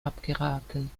abgeraten